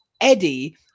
Eddie